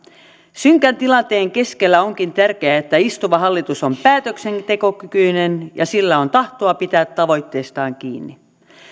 synkän tilanteen keskellä onkin tärkeää että istuva hallitus on päätöksentekokykyinen ja sillä on tahtoa pitää tavoitteestaan kiinni